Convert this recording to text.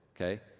okay